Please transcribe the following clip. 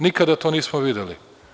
Nikada to nismo videli.